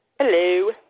Hello